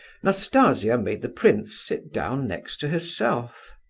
nastasia made the prince sit down next to herself.